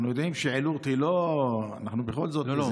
אנחנו יודעים שעילוט היא לא, לא, לא,